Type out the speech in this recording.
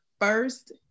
first